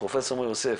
פרופ' מור-יוסף,